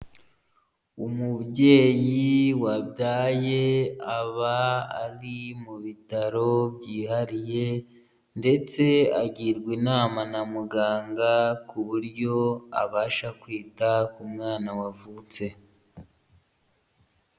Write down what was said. Umubyeyi wabyaye aba ari mu bitaro byihariye ndetse agirwa inama na muganga ku buryo abasha kwita ku mwana wavutse.